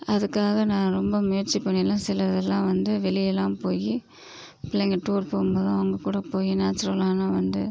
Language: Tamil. அதுக்காக நான் ரொம்ப முயற்சி பண்ணிலாம் சிலதெலாம் வந்து வெளியேலாம் போய் பிள்ளைங்க டூர் போகும்போது அவங்க கூட போய் நேச்சுரலலாம் வந்து